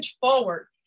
forward